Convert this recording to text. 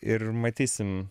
ir matysim